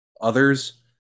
others